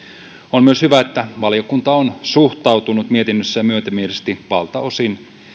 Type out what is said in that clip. on myös hyvä että valiokunta on suhtautunut mietinnössään myötämielisesti valtaosin